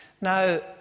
Now